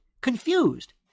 confused